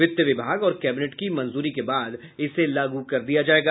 वित्त विभाग और कैबिनेट की मंजूरी के बाद इसे लागू कर दिया जायेगा